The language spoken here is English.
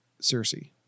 Cersei